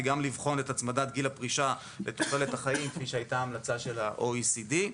וגם לבחון את הצמדת גיל הפרישה לתוחלת החיים כפי שהמליץ ארגון ה-OECD.